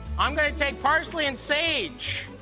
i'm gonna take parsley and sage.